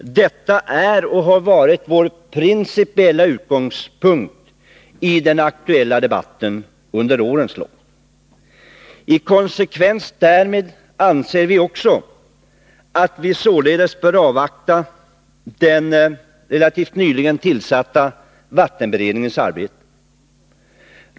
Detta är och har varit vår principiella utgångspunkt i den aktuella debatten under årens lopp. I konsekvens därmed anser vi också att vi således bör avvakta den relativt nyligen tillsatta vattenkraftsberedningens arbete.